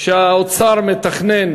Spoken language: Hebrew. שהאוצר מתכנן